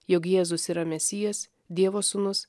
jog jėzus yra mesijas dievo sūnus